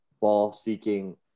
ball-seeking